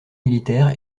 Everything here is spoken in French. militaires